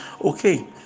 okay